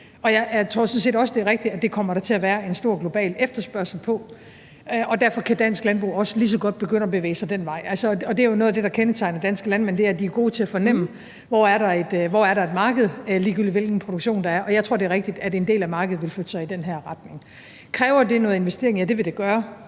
set også, at det er rigtigt, at det kommer der til at være en stor global efterspørgsel på, og derfor kan dansk landbrug også lige så godt begynde at bevæge sig den vej. Og det er jo noget af det, der kendetegner danske landmænd, nemlig at de er gode til at fornemme, hvor der er et marked, ligegyldigt hvilken produktion der er, og jeg tror, det er rigtigt, at en del af markedet vil flytte sig i den retning. Kræver det noget investering? Ja, det vil det gøre.